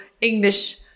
English